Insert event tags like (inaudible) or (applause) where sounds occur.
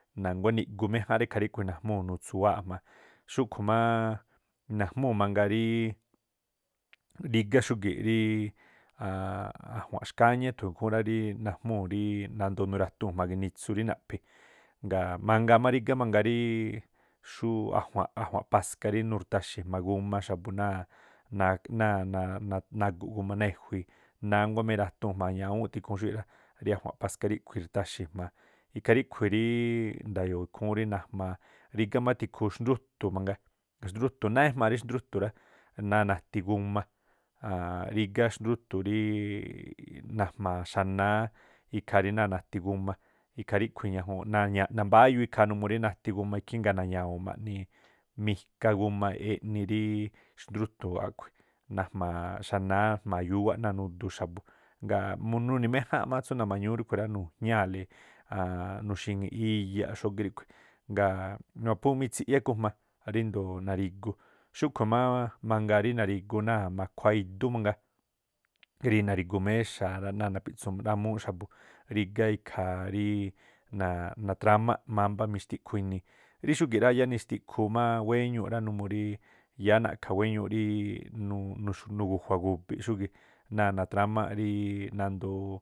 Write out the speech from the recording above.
Na̱nguá niꞌgu méjánꞌ rá, ikhaa ríꞌkhu̱ najmúu̱ nutsuwáa̱ꞌ jma̱a, xúꞌkhu̱ máá najmúu̱ mangaa ríí rígá xúgi̱ꞌ rí (hesitation) a̱jua̱nꞌ xkáñá e̱thu̱u̱n ikhúún rá rííꞌ najmúu̱ ríí nandoo nura̱tuu̱n jma̱a ginitsu rí naꞌphi̱. Mangaa má rígá mangaa rííꞌ xú a̱jua̱nꞌ a̱jua̱nꞌ paska rí nurtaxi̱ jma̱a guma xa̱bu̱ náa̱ (hesitation) nagu̱ꞌ guma náa̱ e̱jui̱i, náguá má eratuu̱n jma̱a ñawúu̱n tikhuun xúi̱ꞌ rá rí a̱juanꞌ paska ríꞌkhui̱ irtaxi̱ jma̱a, ikhaa ríꞌkhui (hesitation) nda̱yo̱oꞌ ikhúún rí najmaa. Rigá má tikhu xndrútu̱ mangaa, xndrútu̱ náá ejmaa xndrútu̱ rá, náa̱ nati guma, (hesitation) rígá xndrútu̱ ríí najma̱a xa̱náá ikhaa rí náa̱ nati guma ikhaa ríꞌkhui̱ ̱ñajuun na̱ña̱a̱ nambáyuu ikhaa numuu rí nati guma ikhí, ngaa̱ na̱ñawu̱u̱n maꞌnii̱ mika guma eꞌni rí xndrútu̱ aꞌkhui̱. Najma̱a̱ xanáá jma̱a xúwáꞌ náa̱ nudu xa̱bu̱ ngaa̱ mu nuni̱ méjáa̱n má tsú nama̱ñúú rúꞌkhu rá, nujñáa̱le (hesitation) niuxi̱ŋi̱ꞌ iyaꞌ xógiꞌ ríꞌkhui̱, ngaa̱ maphú mitsiꞌyá ikujma ríndo̱o narigu. Xúꞌkhu̱ máá mangaa rí nari̱guꞌ náa̱ ma̱khuáá idú mangaa, rí nari̱gu méxaa̱ rá, náa̱ napitsu rámúúꞌ xa̱bu̱, rígá ikhaa ríí natrámá mámbá mixtiꞌkhu inii. Rí xúgi̱ rá yáá nixtikhu má wéñuu rá numuu rí yáá na̱ꞌkha̱ wéñuuꞌ rííꞌ (hesitation) nugu̱jua̱ gu̱bi̱ꞌ xúgi̱ꞌ ná̱a natrámáꞌ rííꞌ nandoo.